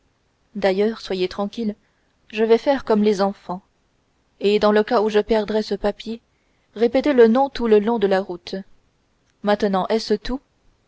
d'ailleurs soyez tranquille je vais faire comme les enfants et dans le cas où je perdrais ce papier répéter le nom tout le long de la route maintenant est-ce tout